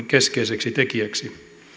keskeiseksi tekijäksi